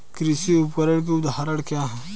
कृषि उपकरण के उदाहरण क्या हैं?